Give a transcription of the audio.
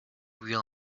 real